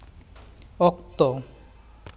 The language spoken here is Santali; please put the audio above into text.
ᱚᱠᱛᱚ